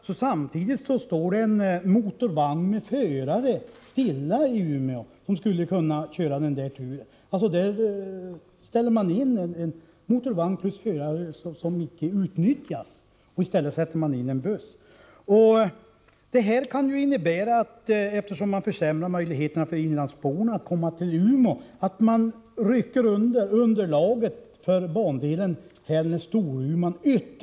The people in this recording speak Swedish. Men samtidigt står en motorvagn stilla i Umeå — förare finns — som skulle kunna köra den turen. Den möjligheten utnyttjas alltså icke, utan i stället sätter man in en buss. Eftersom man försämrar inlandsbornas möjligheter att resa till Umeå, kan det här innebära att underlaget för bandelen Hällnäs Storuman rycks undan.